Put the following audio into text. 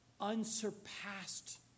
unsurpassed